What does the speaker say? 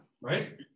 right